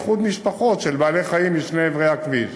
איחוד משפחות של בעלי-חיים משני עברי הכביש.